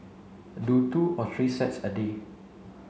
do two or three sets a day